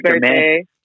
birthday